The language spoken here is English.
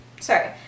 sorry